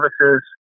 services